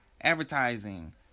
advertising